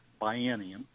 biennium